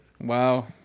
Wow